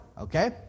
Okay